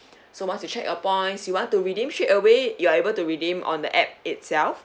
so when you check your points you want to redeem straight away you are able to redeem on the app itself